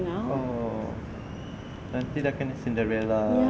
oh nanti dah kena cinderella